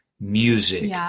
music